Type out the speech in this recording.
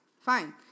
fine